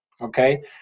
okay